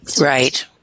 Right